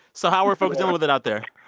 so how are folks doing with it out there?